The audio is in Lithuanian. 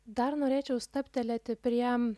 dar norėčiau stabtelėti prie